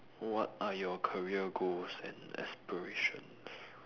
what are your career goals and aspiration